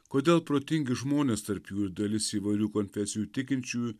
kodėl protingi žmonės tarp jų ir dalis įvairių konfesijų tikinčiųjų